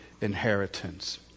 inheritance